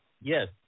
Yes